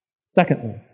Secondly